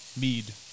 mead